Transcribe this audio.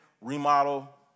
remodel